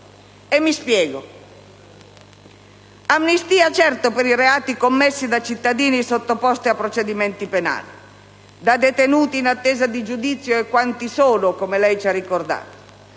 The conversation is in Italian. Mi spiego: amnistia certo per i reati commessi da cittadini sottoposti a procedimenti penali, da detenuti in attesa di giudizio (lei ci ha ricordato